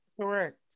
Correct